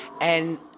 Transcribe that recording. and-